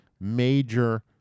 major